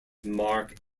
mark